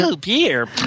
beer